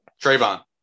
Trayvon